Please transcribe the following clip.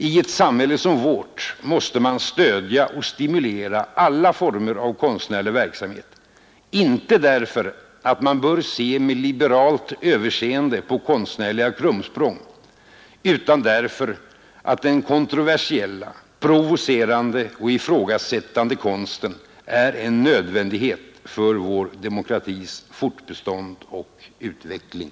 I ett samhälle som vårt måste man stödja och stimulera alla former av konstnärlig verksamhet — inte därför att man bör se med liberalt överseende på konstnärliga krumsprång — utan därför att den konstnärliga friheten är en del av yttrandefriheten och därför att den kontroversiella, provocerande och ifrågasättande konsten är en nödvändighet för vår demokratis fortbestånd och utveckling.